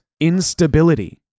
Instability